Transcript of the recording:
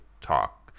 talk